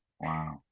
Wow